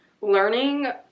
Learning